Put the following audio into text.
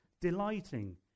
delighting